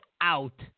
out